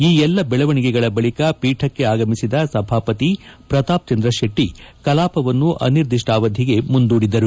ಈ ಎಲ್ಲ ಬೆಳವಣಿಗೆಗಳ ಬಳಿಕ ಪೀಠಕ್ಕೆ ಆಗಮಿಸಿದ ಸಭಾಪತಿ ಪ್ರತಾಪ್ ಚಂದ್ರ ಶೆಟ್ಟಿ ಕೆಲಾಪವನ್ನು ಅನಿರ್ದಿಷ್ಟಾವಧಿಗೆ ಮುಂದೂಡಿದರು